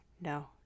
no